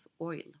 oil